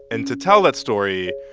and to tell that story,